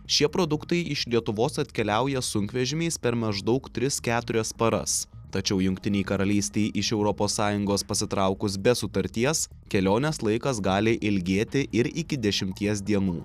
šie produktai iš lietuvos atkeliauja sunkvežimiais per maždaug tris keturias paras tačiau jungtinei karalystei iš europos sąjungos pasitraukus be sutarties kelionės laikas gali ilgėti ir iki dešimties dienų